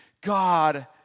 God